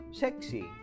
sexy